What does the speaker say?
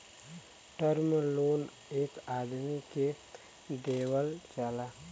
term loan एक आदमी के देवल जाला